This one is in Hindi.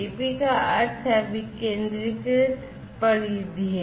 DP का अर्थ है विकेंद्रीकृत परिधीय